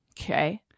Okay